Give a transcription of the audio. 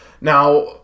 Now